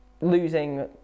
losing